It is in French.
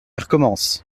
recommence